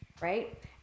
Right